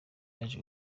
yaje